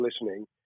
listening